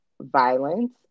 violence